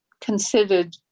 considered